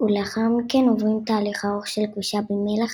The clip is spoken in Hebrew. ולאחר מכן עוברים תהליך ארוך של כבישה במלח,